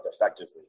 effectively